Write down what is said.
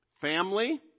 Family